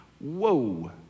Whoa